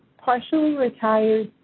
partially retired,